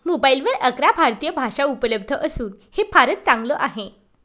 मोबाईलवर अकरा भारतीय भाषा उपलब्ध असून हे फारच चांगल आहे